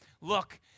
look